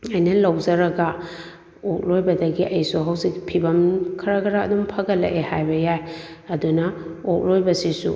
ꯑꯩꯅ ꯂꯧꯖꯔꯒ ꯑꯣꯛ ꯂꯣꯏꯕꯗꯒꯤ ꯑꯩꯁꯨ ꯍꯧꯖꯤꯛ ꯐꯤꯕꯝ ꯈꯔ ꯈꯔ ꯑꯗꯨꯝ ꯐꯒꯠꯂꯛꯑꯦ ꯍꯥꯏꯕ ꯌꯥꯏ ꯑꯗꯨꯅ ꯑꯣꯛ ꯂꯣꯏꯕꯁꯤꯁꯨ